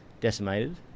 decimated